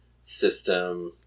system